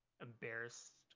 embarrassed